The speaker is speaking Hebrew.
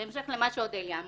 זה בהמשך למה שאודליה אמרה.